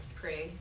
pray